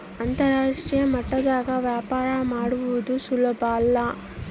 ಅಂತರಾಷ್ಟ್ರೀಯ ಮಟ್ಟದಾಗ ವ್ಯಾಪಾರ ಮಾಡದು ಸುಲುಬಲ್ಲ